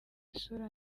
isura